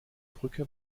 brücke